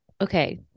Okay